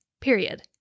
period